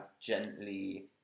gently